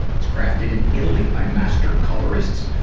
it's crafted in italy by master colorists.